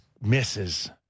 misses